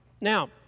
Now